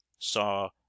saw